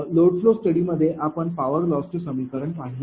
load flow study मध्ये आपण power loss चे समीकरण पाहिले आहे